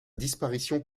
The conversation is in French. disparition